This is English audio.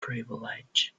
privilege